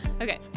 Okay